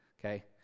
Okay